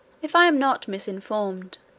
if i am not misinformed,